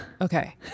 okay